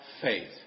faith